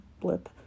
blip